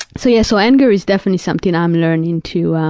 so yeah, so anger is definitely something i'm learning to,